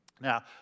Now